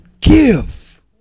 give